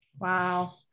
Wow